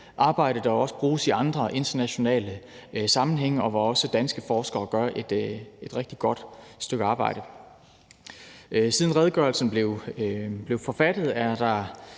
arbejde, der også bruges i andre internationale sammenhænge, og hvor også danske forskere gør et rigtig godt stykke arbejde. Kl. 13:13 Siden redegørelsen blev forfattet, er der